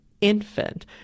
infant